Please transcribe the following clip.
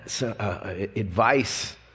advice